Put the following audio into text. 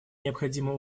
необходимо